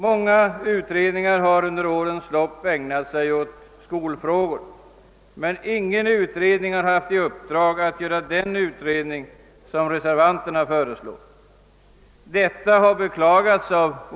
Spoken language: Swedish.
Många utredningar har under årens lopp ägnat sig åt skolfrågor, men ingen utredning har haft i uppdrag att utreda det som reservanterna önskar.